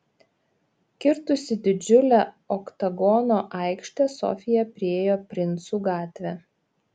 kirtusi didžiulę oktagono aikštę sofija priėjo princų gatvę